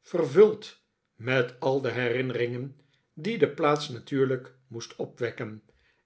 vervuld met al de herinneringen die de plaats natuurlijk moest opwekken